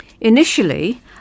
Initially